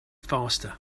faster